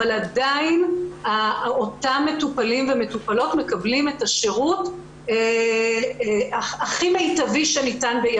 אבל עדיין המטופלים והמטופלות יקבלו את השירות הכי מיטבי שניתן.